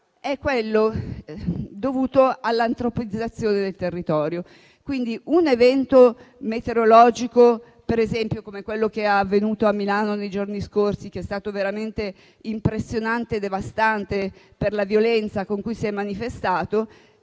è quello dovuto all'antropizzazione del territorio. Pertanto, rispetto a un evento meteorologico come quello che è avvenuto a Milano nei giorni scorsi, che è stato veramente impressionante e devastante per la violenza con cui si è manifestato,